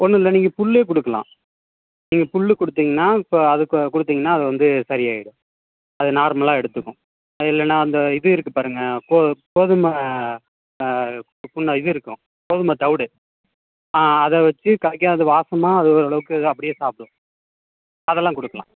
ஒன்னுல்ல நீங்கள் புல்லே கொடுக்கலாம் நீங்கள் புல்லு கொடுத்தீங்கன்னா இப்போ அதுக்குக் கொடுத்தீங்கன்னா அது வந்து சரியாயிடும் அது நார்மலாக எடுத்துக்கும் அது இல்லேன்னா அந்த இது இருக்குதுப் பாருங்கள் கோ கோதுமை பு புண்ணா இது இருக்கும் கோதுமைத் தவுடு அதை வச்சு காய்க்கும் அது வாசமாக அது ஓரளவுக்கு அப்படியே சாப்பிடும் அதெல்லாம் கொடுக்கலாம்